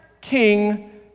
king